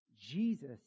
Jesus